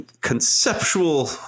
conceptual